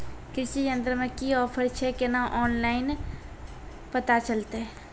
कृषि यंत्र मे की ऑफर छै केना ऑनलाइन पता चलतै?